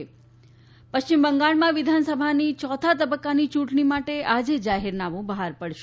ત પશ્ચિમ બંગાળમાં વિધાનસભાની ચોથા તબક્કાની ચૂંટણી માટે આજે જાહેરનામું બહાર પડશે